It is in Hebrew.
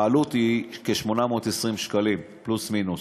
העלות היא כ-820 שקלים פלוס מינוס.